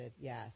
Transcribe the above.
yes